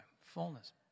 fullness